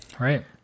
Right